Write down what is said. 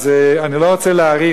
אני לא רוצה להאריך,